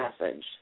message